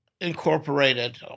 incorporated